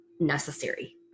necessary